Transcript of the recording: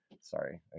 Sorry